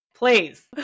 Please